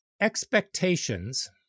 expectations